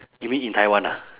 you mean in taiwan ah